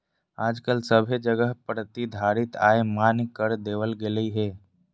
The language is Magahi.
आजकल सभे जगह प्रतिधारित आय मान्य कर देवल गेलय हें